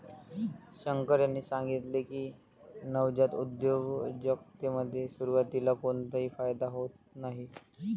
शंकर यांनी सांगितले की, नवजात उद्योजकतेमध्ये सुरुवातीला कोणताही फायदा होत नाही